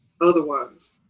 otherwise